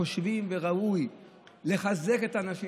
אנחנו באמת חושבים שראוי לחזק את האנשים